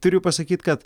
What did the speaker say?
turiu pasakyt kad